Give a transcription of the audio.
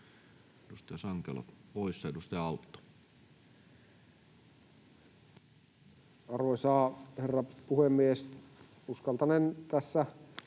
Edustaja Sankelo poissa. — Edustaja Autto. Arvoisa herra puhemies! Uskaltanen tässä